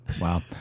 Wow